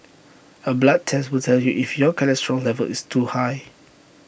A blood test will tell you if your cholesterol level is too high